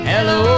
Hello